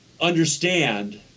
understand